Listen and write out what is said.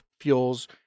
fuels